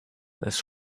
this